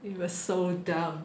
it was so dumb